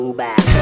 back